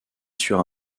sur